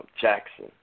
Jackson